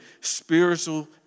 spiritual